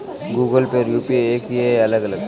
Google pay और UPI एक ही है या अलग?